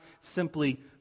simply